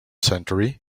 century